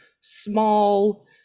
small